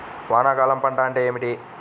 వానాకాలం పంట అంటే ఏమిటి?